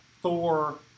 Thor